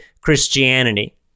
Christianity